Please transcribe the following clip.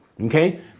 okay